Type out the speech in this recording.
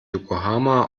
yokohama